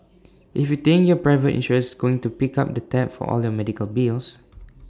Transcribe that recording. if you think your private insurer's going to pick up the tab for all your medical bills